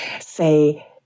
say